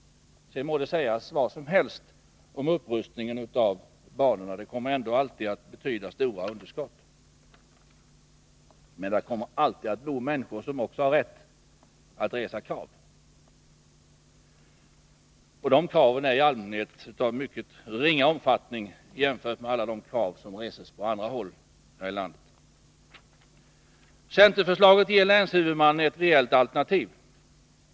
Det må sägas vad som helst om upprustningen av banorna — den kommer ändå alltid att betyda stora underskott. Men längs dessa banor kommer alltid att bo människor som har rätt att resa krav. Och de kraven är i allmänhet av mycket ringa omfattning jämfört med alla de krav som reses på andra håll här i landet. Centerns förslag ger länshuvudmännen ett reellt alternativ.